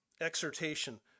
exhortation